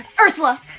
Ursula